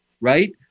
right